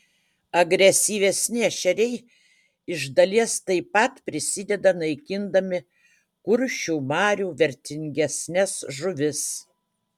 agresyvesni ešeriai iš dalies taip pat prisideda naikindami kuršių marių vertingesnes žuvis